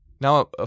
Now